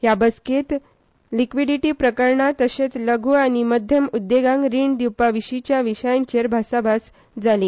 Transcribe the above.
ह्या बसकेंत लिक्वाडीटी प्रकरणां तशेंच लघू आनी मध्यम उद्देगांक रीण दिवपा विशीच्या विशयांचेर भासाभास जाली